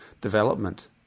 development